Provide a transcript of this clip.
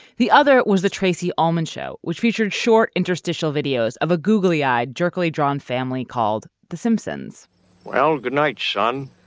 the other was the tracey ullman show which featured short interstitial videos of a googly eyed jerky drawn family called the simpsons well good night son.